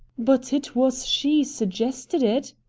but it was she suggested it,